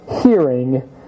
hearing